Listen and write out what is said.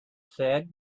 said